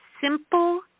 simple